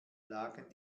lagen